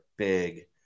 big